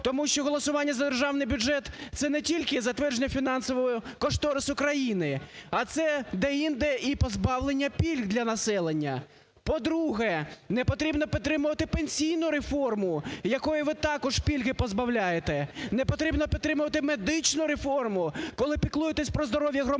тому що голосування за державний бюджет це не тільки затвердження фінансового кошторису країни, а це деінде і позбавлення пільг для населення. По-друге, не потрібно підтримувати пенсійну реформу, якої ви також пільги позбавляєте. Не потрібно підтримувати медичну реформу, коли піклуєтесь про здоров'я громадян.